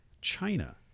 China